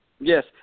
Yes